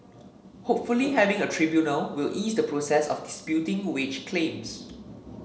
hopefully having a tribunal will ease the process of disputing wage claims